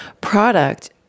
product